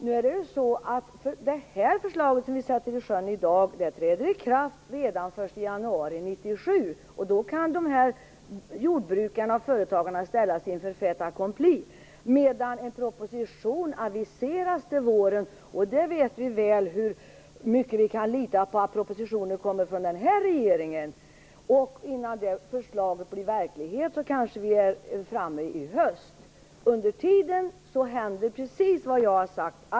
Nu är det ju så att det förslag ni i dag sätter i sjön, träder i kraft redan den 1 januari 1997. Då kan dessa jordbrukare och företagare ställas inför fait accompli. En proposition aviseras till våren, men det vet vi väl hur mycket vi kan lita på att propositioner kommer från den här regeringen! Innan det förslaget blir verklighet, kanske vi är framme vid hösten. Under tiden händer precis det som jag har sagt.